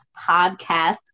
podcast